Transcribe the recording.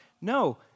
No